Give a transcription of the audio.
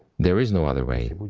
there is no other way.